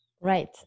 Right